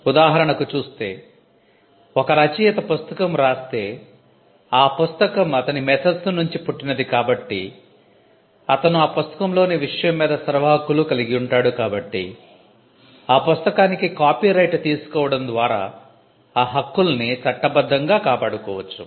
ఉదాహరణకు చూస్తే ఒక రచయిత పుస్తకం రాస్తే ఆ పుస్తకం అతని మేధస్సు నుంచి పుట్టినది కాబట్టి అతను ఆ పుస్తకంలోని విషయం మీద సర్వ హక్కులు కలిగి ఉంటాడు కాబట్టి ఆ పుస్తకానికి కాపీరైట్ తీసుకోవడం ద్వారా ఆ హక్కుల్ని చట్టబద్ధంగా కాపాడుకోవచ్చు